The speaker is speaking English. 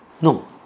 No